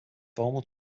formal